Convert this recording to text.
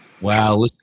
Wow